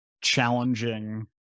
challenging